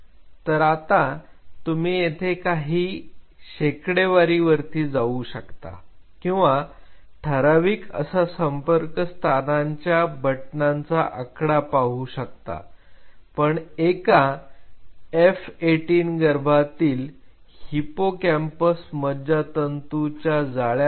तर आता तुम्ही येथे काही शेकडेवारी वरती जाऊ शकता किंवा ठराविक असा संपर्क स्थानांच्या बटनांचा आकडा पाहू शकता पण एका F 18 गर्भातील हिप्पोकॅम्पस मज्जातंतूंच्या जाळ्यातून